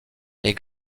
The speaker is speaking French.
les